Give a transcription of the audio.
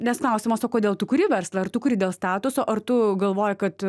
nes klausimas o kodėl tu kuri verslą ar tu kuri dėl statuso ar tu galvoji kad